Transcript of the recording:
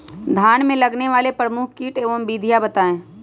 धान में लगने वाले प्रमुख कीट एवं विधियां बताएं?